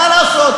מה לעשות,